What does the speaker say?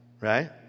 Right